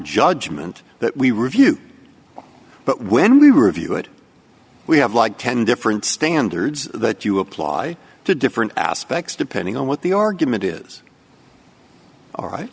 judgment that we review but when we review it we have like ten different standards that you apply to different aspects depending on what the argument is a